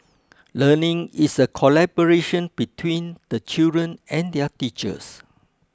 learning is a collaboration between the children and their teachers